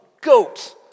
goat